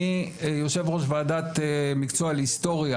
יש לי הצעת חוק שמדברת על שישה קורסים בתחומי הרוח כדי לקבל תואר ראשון,